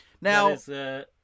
Now